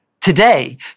Today